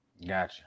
Gotcha